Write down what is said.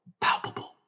palpable